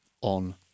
on